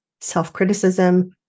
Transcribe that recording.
self-criticism